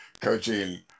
coaching